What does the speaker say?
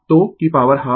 तो की power half